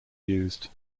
used